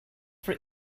for